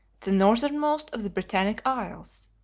the northernmost of the britannic isles,